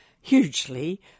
hugely